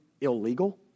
illegal